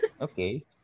Okay